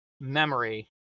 memory